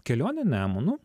kelionė nemunu